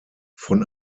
von